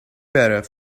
better